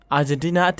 Argentina